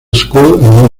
school